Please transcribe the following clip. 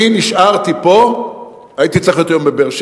אני נשארתי פה, הייתי צריך להיות היום בבאר-שבע,